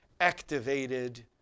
activated